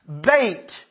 bait